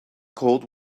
cold